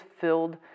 filled